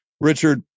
Richard